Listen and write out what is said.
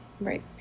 Right